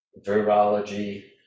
virology